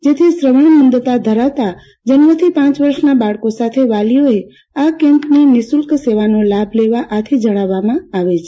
જેથી શ્રાવણમાંડતા ધરાવતા જન્મ થી પ વર્ષના બાળકો સાથે વાલીઓએ આ કેમ્પોની નિઃશુલ્ક સેવાનો લાભ લેવા આથી જણાવવામાં આવે છે